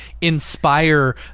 inspire